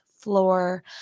floor